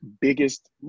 biggest